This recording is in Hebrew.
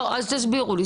אז תסבירו לי,